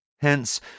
Hence